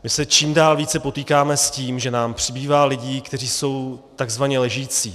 My se čím dál více potýkáme s tím, že nám přibývá lidí, kteří jsou takzvaně ležící.